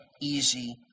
easy